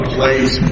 place